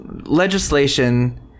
legislation